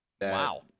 Wow